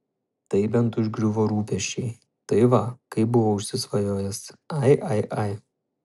tai bent užgriuvo rūpesčiai tai va kaip buvo užsisvajojęs ai ai ai